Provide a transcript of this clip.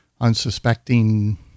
unsuspecting